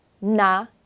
na